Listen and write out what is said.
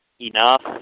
enough